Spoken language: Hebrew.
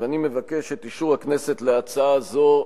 אני מבקש את אישור הכנסת להצעה הזו,